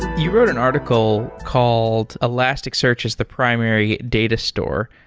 you wrote an article called elasticsearch as the primary data store.